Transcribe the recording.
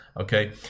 Okay